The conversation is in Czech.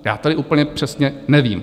Já tedy úplně přesně nevím.